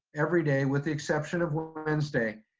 every day with the exception of wednesday,